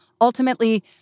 Ultimately